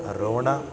रोण